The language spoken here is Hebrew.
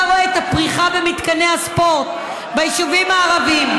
אתה רואה את הפריחה במתקני הספורט ביישובים הערביים,